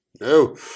no